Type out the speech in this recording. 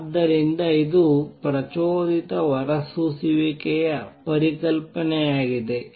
ಆದ್ದರಿಂದ ಇದು ಪ್ರಚೋದಿತ ಹೊರಸೂಸುವಿಕೆಯ ಪರಿಕಲ್ಪನೆಯಾಗಿದೆ